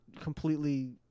completely